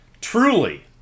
truly